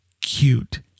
cute